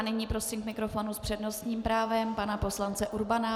Nyní prosím k mikrofonu s přednostním právem pana poslance Urbana.